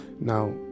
now